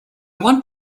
want